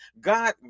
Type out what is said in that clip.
God